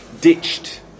ditched